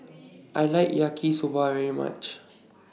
I like Yaki Soba very much